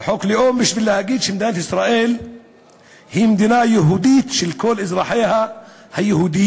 לאום בשביל לומר שמדינת ישראל היא מדינה יהודית של כל אזרחיה היהודים.